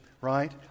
Right